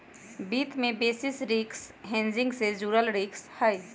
वित्त में basis risk hedging से जुड़ल रिस्क हहई